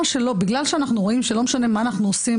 בגלל שאנחנו רואים שלא משנה מה אנחנו עושים,